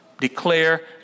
Declare